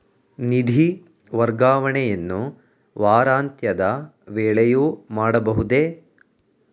ನಿಧಿ ವರ್ಗಾವಣೆಯನ್ನು ವಾರಾಂತ್ಯದ ವೇಳೆಯೂ ಮಾಡಬಹುದೇ?